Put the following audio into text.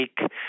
take